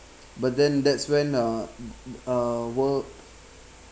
but then that's when uh work